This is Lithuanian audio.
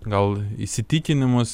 gal įsitikinimus